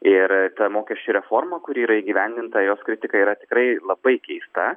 ir ta mokesčių reforma kuri yra įgyvendinta jos kritika yra tikrai labai keista